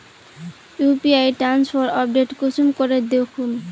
UPI transfer update कुंसम करे दखुम?